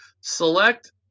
select